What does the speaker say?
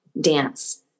dance